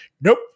nope